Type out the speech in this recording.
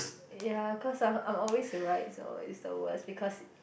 ya cause I'm I'm always the right so is the worst because